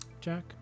Jack